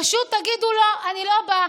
פשוט תגידו: לא, אני לא בא.